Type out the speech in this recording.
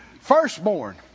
Firstborn